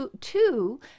two